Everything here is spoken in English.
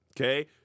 Okay